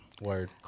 word